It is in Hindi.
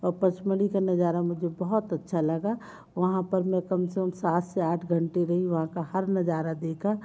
और पचमढ़ी का नज़ारा मुझे बहुत अच्छा लगा वहाँ पर मैं कम से कम सात से आठ घंटे रही वहाँ का हर नज़ारा देखा